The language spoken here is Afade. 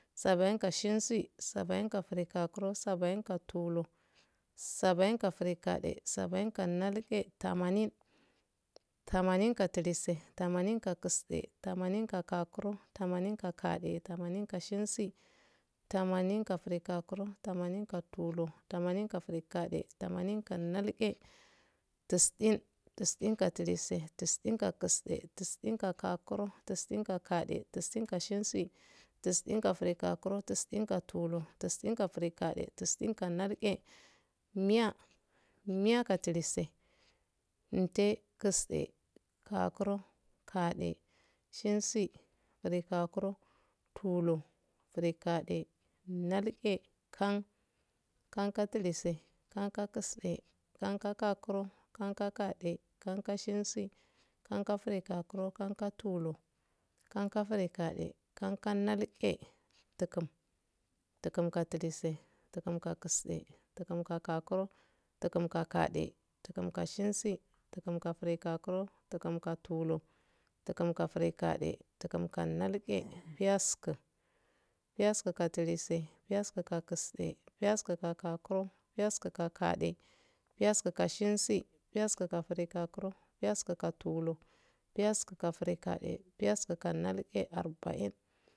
Sabinka shensi sabainke grigakuro sabinka tulr sainka grigade sabinkanalge tamanin tamanin kaltsie amannkakisde tamannka gakuro tamanin ka gade tamanin ka shensi tamanin ka grigakuro tamanink tulur amanin ka grigade tamanin ka nalge tisin tisinklise tisinkakisde tisinka gakuro tisinka gade tisinka shensi tisinka grigakuro tisinka tuur tisinka grigade tiisinka nage miya miyaklise inte kiste gokuro gade shensi grigauro ulur gigade nalge kan kankatuse kanka kisde kanka gokuro kanka gade kanka sheis kankagigukum kanka tulur kanka grigade kanka nalge tukum tukumkatlise tukunkakisde tuum ka gakuro tukum ka gade tukum ka shersi tukumka grigakn tukumka tulur tukunka gridate tukunka nalge piyasku piyakskuktlise piyaskukkisde piyaskukagakuro piyaskukagade piyaskukkisde piyasku ka gakuro piyaskukagdade piyasku ka shensi piyaskuka grigokuo iyaskuka tulur piyasku ka grigade iyaskuk nalge arbain